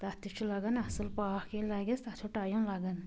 تَتھ تہِ چھُ لَگان اصٕل پاکھ ییٚلہِ لَگیٚس تَتھ چھُ ٹایم لَگان